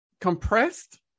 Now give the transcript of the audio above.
compressed